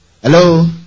Hello